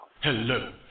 Hello